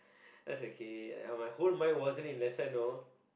that's okay and hope mind wasn't in lesson know